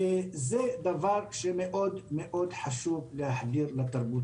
וזה דבר שמאוד מאוד חשוב להחדיר לתרבות.